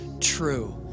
true